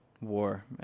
war